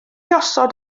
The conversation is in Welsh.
osod